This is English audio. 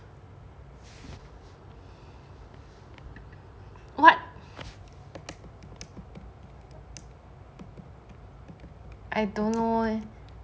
what I don't know leh